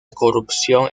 corrupción